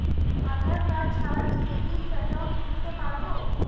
আধারকার্ড ছাড়া কি savings account খুলতে পারব?